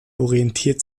orientiert